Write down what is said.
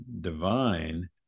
divine